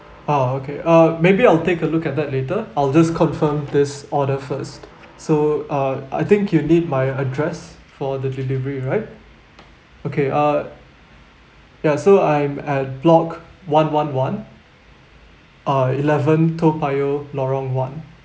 ah okay uh maybe I'll take a look at that later I'll just confirm this order first so uh I think you need my address for the delivery right okay uh yeah so I'm at block one one one uh eleven toa payoh lorong one